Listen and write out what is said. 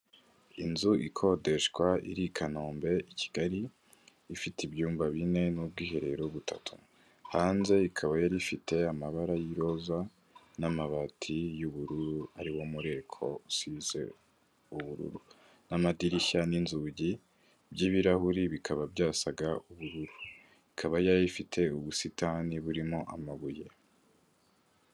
Inzu ikodeshwa iri i kanombe i Kigali ifite ibyumba bine n'ubwiherero butatu, hanze ikaba yari ifite amabara y'iroza n'amabati y'ubururu ariwo mureko usize ubururu n'amadirishya n'inzugi by'ibirahure bikaba byasaga ubururu ikaba yari ifite ubusitani burimo amabuye.